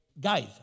Guys